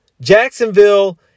Jacksonville